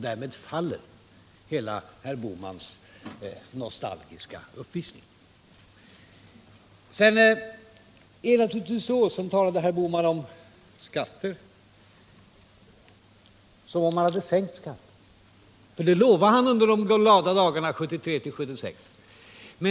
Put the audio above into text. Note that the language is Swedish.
Därmed faller hela herr Bohmans nostalgiska uppvisning. Sedan talade herr Bohman om skatterna som om han hade sänkt dem. Det lovade han ju under de glada dagarna 1973-1976.